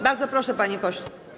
Bardzo proszę, panie pośle.